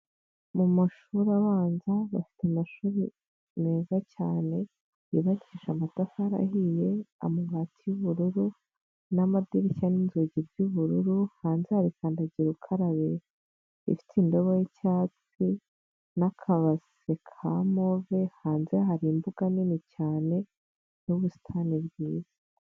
Mu mashuri abanza bafite amashuri meza cyane, yubakisha amatafari ahiye, amabati y'ubururu n'amadirishya n'inzugi by'ubururu, hanze hari kandagira ukarabe ifite indobo y'icyatsi n'akabase ka move, hanze hari imbuga nini cyane n'ubusitani bwiza.